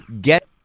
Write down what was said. get